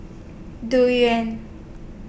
Durian